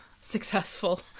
successful